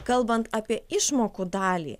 kalbant apie išmokų dalį